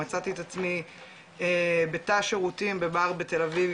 מצאתי את עצמי בתא שירותים בבר בתל אביב,